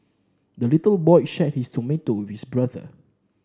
the little boy shared his tomato with brother